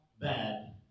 bad